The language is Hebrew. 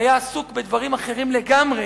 היה עסוק בדברים אחרים לגמרי,